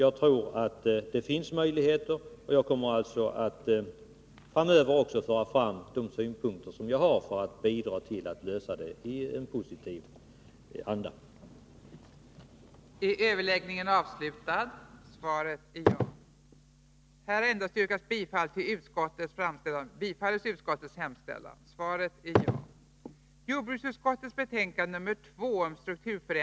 Jag tror att det finns möjligheter, och jag kommer alltså också koloniträdgårdsframöver att föra fram de synpunkter jag har för att bidra till en lösning i positiv anda.